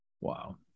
Wow